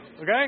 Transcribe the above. Okay